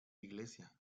iglesia